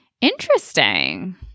Interesting